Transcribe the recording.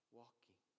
walking